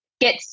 get